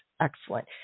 excellent